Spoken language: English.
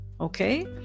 okay